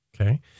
Okay